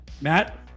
Matt